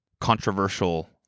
controversial